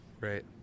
Right